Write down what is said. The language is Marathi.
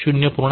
5 ते 0